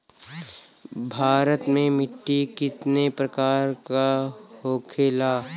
भारत में मिट्टी कितने प्रकार का होखे ला?